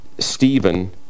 Stephen